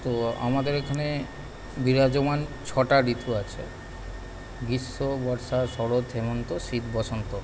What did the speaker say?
তো আমাদের এখানে বিরাজমান ছটা ঋতু আছে গ্রীষ্ম বর্ষা শরৎ হেমন্ত শীত বসন্ত